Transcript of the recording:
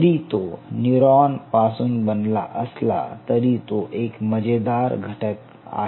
जरी तो न्यूरोन पासून बनला असला तरी तो एक मजेदार घटक आहे